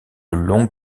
longue